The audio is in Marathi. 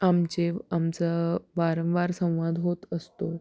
आमचे आमचा वारंवार संवाद होत असतो